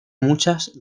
muchas